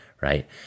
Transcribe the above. right